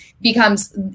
becomes